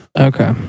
Okay